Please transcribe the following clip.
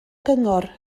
gyngor